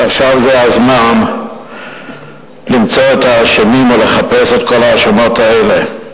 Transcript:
שעכשיו זה הזמן למצוא את האשמים או לחפש את כל ההאשמות האלה.